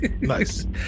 Nice